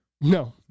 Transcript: No